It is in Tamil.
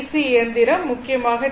சி இயந்திரம் முக்கியமாக டி